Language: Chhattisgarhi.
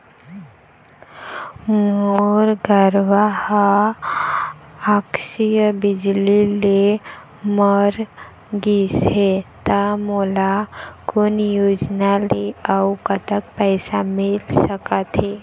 मोर गरवा हा आकसीय बिजली ले मर गिस हे था मोला कोन योजना ले अऊ कतक पैसा मिल सका थे?